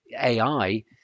ai